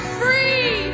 free